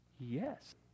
Yes